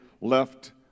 left